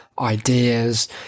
ideas